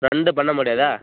வந்து பண்ண முடியாதா